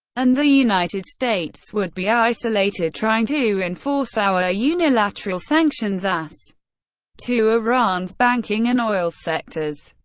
and the united states would be isolated trying to enforce our unilateral sanctions as to iran's banking and oil sectors.